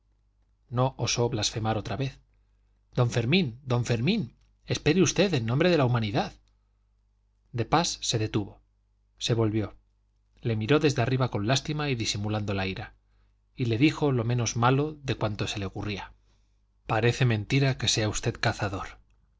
no osó blasfemar otra vez don fermín don fermín espere usted en nombre de la humanidad de pas se detuvo se volvió le miró desde arriba con lástima y disimulando la ira y le dijo lo menos malo de cuanto se le ocurría parece mentira que sea usted cazador